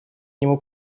нему